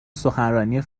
سخنرانی